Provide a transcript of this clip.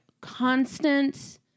constant